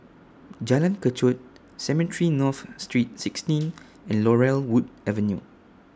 Jalan Kechot Cemetry North Street sixteen and Laurel Wood Avenue